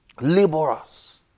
Laborers